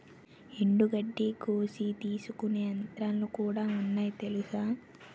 ఎండుగడ్డి కోసి తీసుకునే యంత్రాలుకూడా ఉన్నాయి తెలుసా?